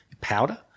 Powder